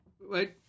Wait